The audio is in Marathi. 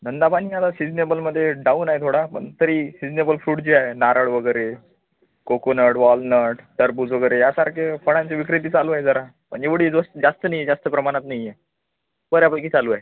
धंदापाणी आता सिजनेबलमध्ये डाऊन आहे थोडा पण तरी सिजनेबल फ्रूट जे आहे नारळ वगैरे कोकोनट वालनट टरबूज वगैरे यासारखे फळांची विक्रेती चालू आहे जरा म्हणजे एवढी जो जास्त नाही जास्त प्रमाणात नाही आहे बऱ्यापैकी चालू आहे